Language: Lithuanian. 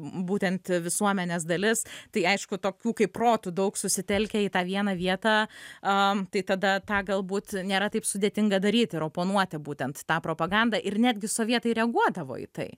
būtent visuomenės dalis tai aišku tokių kaip protų daug susitelkę į tą vieną vietą a tai tada tą galbūt nėra taip sudėtinga daryti ir oponuoti būtent tą propagandą ir netgi sovietai reaguodavo į tai